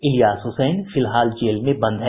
इलियास हुसैन फिलहाल जेल में बंद हैं